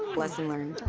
lesson learned.